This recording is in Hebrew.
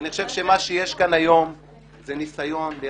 אני רוצה --- אני חושב שמה שיש כאן היום זה רצון לייצר